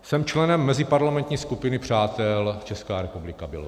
Jsem členem meziparlamentní skupiny přátel Česká republika Bělorusko.